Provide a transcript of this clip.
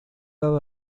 dado